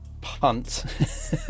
punt